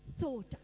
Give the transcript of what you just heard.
thought